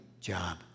job